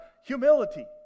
humility